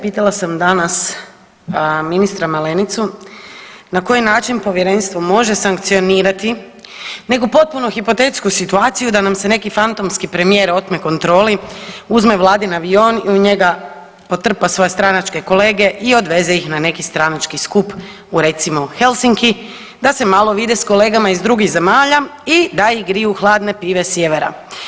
Pitala sam danas ministra Malenicu na koji način povjerenstvo može sankcionirati neku potpuno hipotetsku situaciju da nam se neki fantomski premijer otme kontroli, uzme vladin avion i u njega potrpa svoje stranačke kolege i odveze ih na neki stranački skup u recimo Helsinki da se malo vide s kolegama iz drugih zemalja i da ih griju hladne pive sjevera.